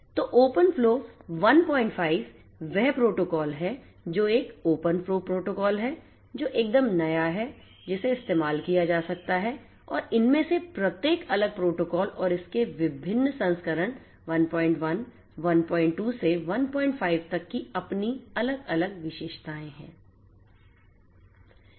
तो OpenFlow 15 वह protocol है जो एक OpenFlow प्रोटोकॉल है जो एकदम नया है जिसे इस्तेमाल किया जा सकता है और इनमें से प्रत्येक अलग प्रोटोकॉल और इसके विभिन्न संस्करण 11 12 से 15 तक की अपनी अलग अलग विशेषताएं हैं